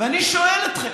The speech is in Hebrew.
ואני שואל אתכם,